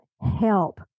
help